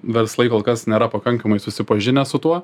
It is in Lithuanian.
verslai kol kas nėra pakankamai susipažinę su tuo